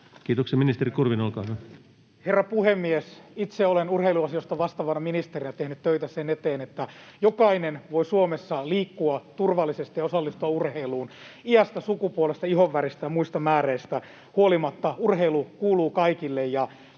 Biaudet r) Time: 17:00 Content: Herra puhemies! Itse olen urheiluasioista vastaavana ministerinä tehnyt töitä sen eteen, että jokainen voi Suomessa liikkua turvallisesti ja osallistua urheiluun iästä, sukupuolesta, ihonväristä ja muista määreistä huolimatta. Urheilu kuuluu kaikille,